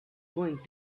going